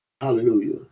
Hallelujah